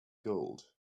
gold